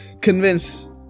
convince